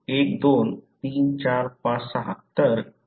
12 3456 तर पेनिट्रन्स 60 आहे